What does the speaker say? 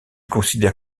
considère